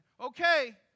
Okay